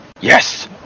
Yes